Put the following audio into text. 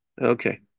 Okay